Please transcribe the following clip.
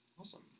Awesome